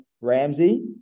Ramsey